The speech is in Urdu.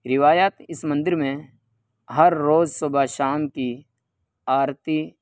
روایات اس مندر میں ہر روز صبح شام کی آرتی